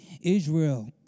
Israel